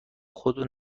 خود